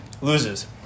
loses